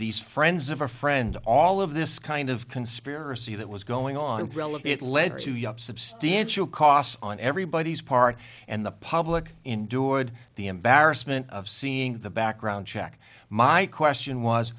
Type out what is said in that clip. these friends of a friend all of this kind of conspiracy that was going on well it led to yup substantial costs on everybody's part and the public endured the embarrassment of seeing the background check my question was